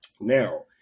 Now